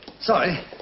Sorry